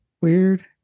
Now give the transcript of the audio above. weird